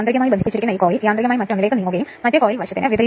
ഞാൻ ഉദ്ദേശിക്കുന്നത് Vi cos ∅ W ഒരേ ബന്ധം